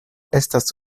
estas